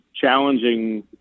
challenging